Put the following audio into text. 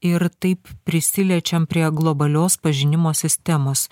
ir taip prisiliečiam prie globalios pažinimo sistemos